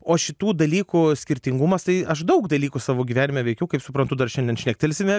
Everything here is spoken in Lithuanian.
o šitų dalykų skirtingumas tai aš daug dalykų savo gyvenime veikiau kaip suprantu dar šiandien šnektelsime